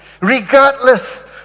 regardless